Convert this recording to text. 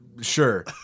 Sure